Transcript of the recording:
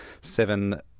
Seven